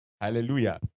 Hallelujah